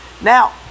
Now